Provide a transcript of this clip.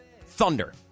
Thunder